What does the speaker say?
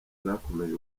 zakomeje